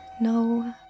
No